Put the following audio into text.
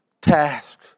task